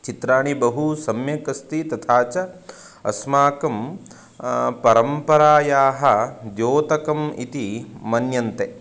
चित्राणि बहु सम्यक् अस्ति तथा च अस्माकं परम्परायाः द्योतकम् इति मन्यन्ते